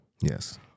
Yes